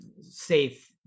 safe